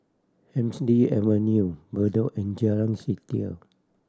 Hemsley Avenue Bedok and Jalan Setia